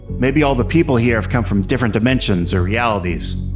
maybe all the people here have come from different dimensions or realities.